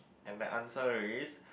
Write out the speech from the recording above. and the answer is